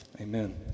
amen